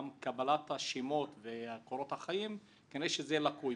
קבלת השמות וקורות החיים, לקוי.